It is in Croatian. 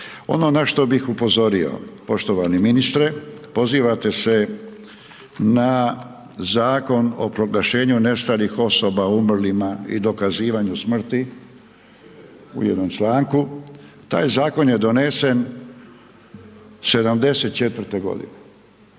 Ono na što bih upozorio, poštovani ministre, pozivate se na Zakon o proglašenju nestalih osoba, umrlima i dokazivanju smrti u jednom članku, taj zakon je donesen '74. taj